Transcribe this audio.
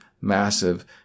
massive